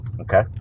Okay